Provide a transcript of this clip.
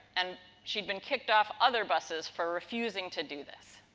and, she'd been kicked off other buses for refusing to do this.